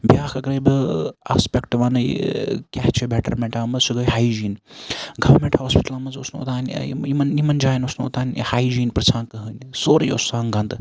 بیاکھ اَگَرے بہٕ آسپیٚکٹ وَنہٕ کیاہ چھِ بیٚٹَرمیٚنٹ آمٕژ سُہ گٔے ہایجیٖن گومیٚنٹ ہاسپِٹلَن مَنٛز اوس نہٕ اوٚتانۍ یہِ یِمَن یِمَن جایَن اوس نہٕ اوٚتانۍ ہایجیٖن پرژھان کٕہٕنۍ سورُے اوس آسان گَنٛدٕ